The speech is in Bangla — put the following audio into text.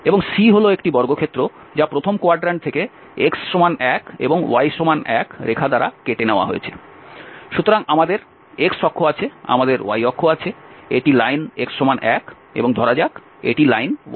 এবং C হল একটি বর্গক্ষেত্র যা প্রথম কোয়ার্ড্রান্ট থেকে x 1 এবং y 1 রেখা দ্বারা কেটে নেওয়া হয়েছে সুতরাং আমাদের x অক্ষ আছে আমাদের y অক্ষ আছে এটি লাইন x 1 এবং ধরা যাক এটি লাইন y 1